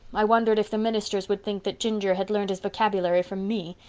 i wondered if the ministers would think that ginger had learned his vocabulary from me.